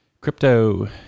crypto